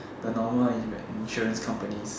the normal like insurance companies